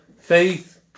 faith